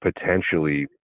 potentially